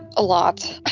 a lot.